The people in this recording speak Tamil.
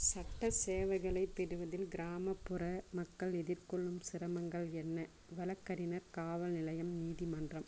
சட்ட சேவைகைளைப் பெறுவதில் கிராமப்புற மக்கள் எதிர்கொள்ளும் சிரமங்கள் என்ன வழக்கறிஞர் காவல் நிலையம் நீதிமன்றம்